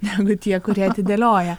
negu tie kurie atidėlioja